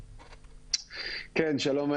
שלום,